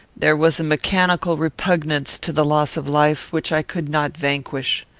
there was a mechanical repugnance to the loss of life, which i could not vanquish.